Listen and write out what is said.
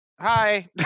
hi